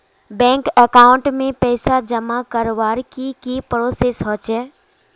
Bank account में पैसा जमा करवार की की प्रोसेस होचे?